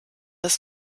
des